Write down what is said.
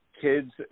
kids